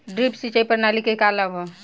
Drip सिंचाई प्रणाली के का लाभ ह?